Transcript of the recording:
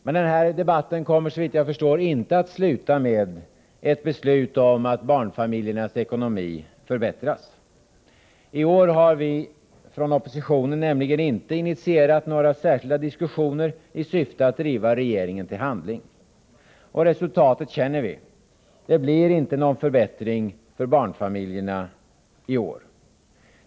Men den här debatten kommer, såvitt jag förstår, inte att sluta med ett beslut om att barnfamiljernas ekonomi förbättras. I år har vi nämligen inte från oppositionens sida initierat några diskussioner i syfte att driva regeringen till handling. Resultatet känner vi: det blir inte någon förbättring för barnfamiljerna i år.